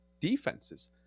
defenses